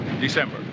December